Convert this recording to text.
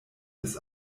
bis